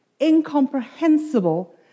incomprehensible